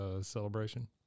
celebration